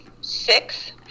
six